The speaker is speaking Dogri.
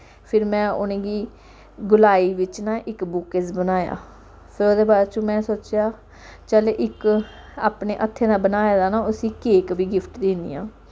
फिर में उ'नेंगी गलाई बिच्च ना इक्क बुक्केज़ बनाया फिर ओह्दे बाद च में सोचेआ चल इक अपने हत्थे दा ना इक बनाए दा ना उसी केक बी गिफ्ट दिन्नी आं